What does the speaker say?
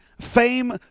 fame